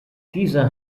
dieser